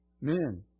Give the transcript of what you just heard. men